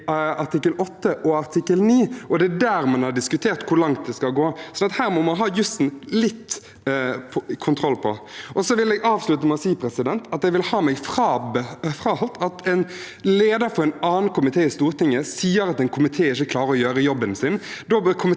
i artikkel 8 og artikkel 9, og det er der man har diskutert hvor langt det skal gå. Her må man ha litt kontroll på jussen. Jeg vil avslutte med å si at jeg vil ha meg frabedt at en leder for en annen komité i Stortinget sier at en komité ikke klarer å gjøre jobben sin.